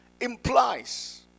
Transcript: implies